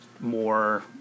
more